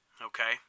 Okay